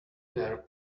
their